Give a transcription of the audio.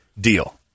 deal